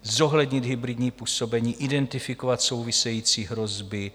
Zohlednit hybridní působení, identifikovat související hrozby.